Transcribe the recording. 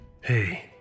Hey